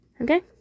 Okay